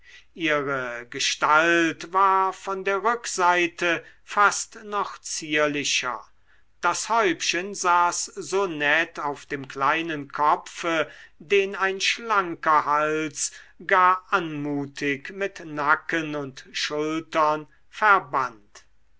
ihre gestalt war von der rückseite fast noch zierlicher das häubchen saß so nett auf dem kleinen kopfe den ein schlanker hals gar anmutig mit nacken und schultern verband